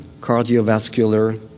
cardiovascular